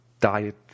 diet